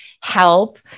help